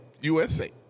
USA